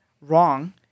wrong